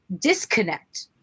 disconnect